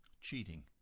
Cheating